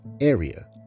area